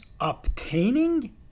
obtaining